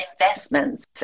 investments